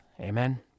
Amen